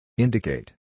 Indicate